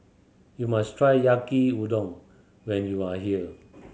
you must try Yaki Udon when you are here